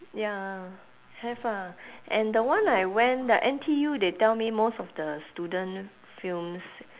ya lah have lah and the one I went the N_T_U they tell me most of the student films